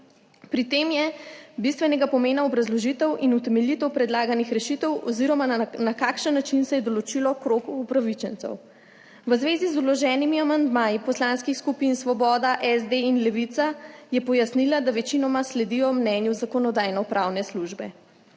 Pri tem je bistvenega pomena obrazložitev in utemeljitev predlaganih rešitev oziroma na kakšen način se je določil krog upravičencev. V zvezi z vloženimi amandmaji poslanskih skupin Svoboda, SD in Levica je pojasnila, da večinoma sledijo mnenju Zakonodajno-pravne službe.